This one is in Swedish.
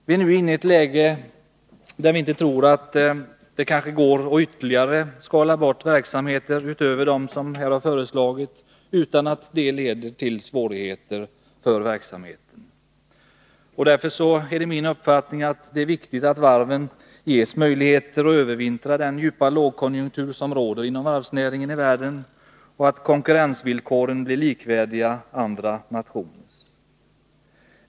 Vi är nu inne i ett läge där vi tror att det inte går att skala bort ytterligare verksamhet utöver vad som har föreslagits utan att det leder till svårigheter för verksamheten. Därför är det viktigt att varven ges möjligheter att övervintra under den djupa lågkonjunktur som råder inom varvsnäringen i världen. Konkurrensvillkoren måste bli likvärdiga andra nationers.